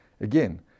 again